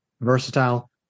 versatile